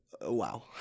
Wow